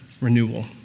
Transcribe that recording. Renewal